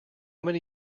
many